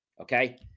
Okay